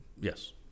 Yes